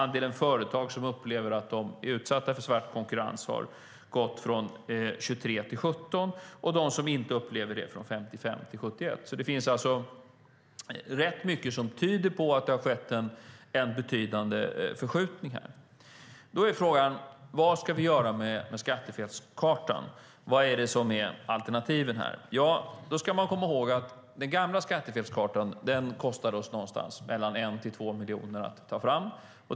Andelen företag som upplever att de är utsatta för svart konkurrens har minskat från 23 procent till 17 procent, och andelen som inte upplever det har ökat från 55 till 71 procent. Det finns alltså rätt mycket som tyder på att det har skett en betydande förskjutning här. Då är frågan: Vad ska vi göra med skattefelskartan? Vilka är alternativen? Man ska komma ihåg att den gamla skattefelskartan kostade mellan 1 och 2 miljoner att ta fram.